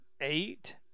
eight